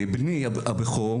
בקיצור לא צריכים להתעסק איתו.